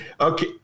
okay